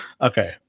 Okay